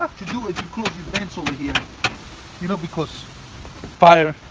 to do it you close your vents over here you know because fire,